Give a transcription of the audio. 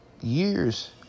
Years